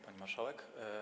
Pani Marszałek!